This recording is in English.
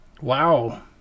wow